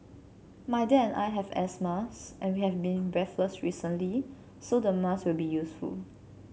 my dad and I have asthma and we have been breathless recently so the mask will be useful